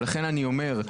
לכן אני אומר,